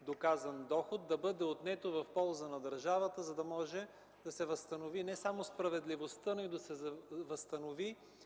доказан доход, да бъде отнето в полза на държавата, за да може да се възстанови не само справедливостта, но и да се възстанови